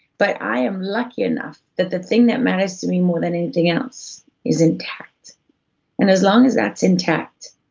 but i am lucky enough that the thing that matters to me more than anything else is intact and as long as that's intact,